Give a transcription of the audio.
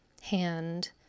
hand